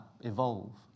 evolve